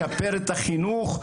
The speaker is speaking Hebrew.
לשפר את החינוך.